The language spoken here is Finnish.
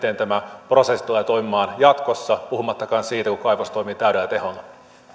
miten tämä prosessi tulee toimimaan jatkossa puhumattakaan siitä kun kaivos toimii täydellä teholla